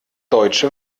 deutsche